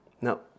No